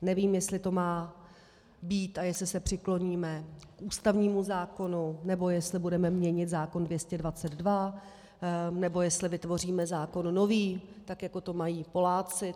Nevím, jestli to má být a jestli se přikloníme k ústavnímu zákonu, nebo jestli budeme měnit zákon 222, nebo jestli vytvoříme zákon nový, jako to mají Poláci.